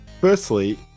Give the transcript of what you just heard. firstly